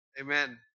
Amen